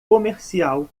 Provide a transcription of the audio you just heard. comercial